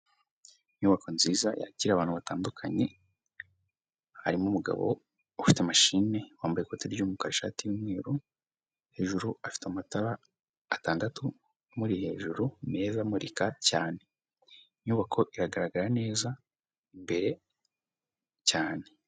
Inyubako nziza yakira abantu batandukanye, harimo umugabo ufite mashini, wambaye ikoti ry'umukara, ishati y'umweru, hejuru afite amatara atandatu amuri hejuru meza amurika cyane. Inyubako igaragara neza imbere cyane.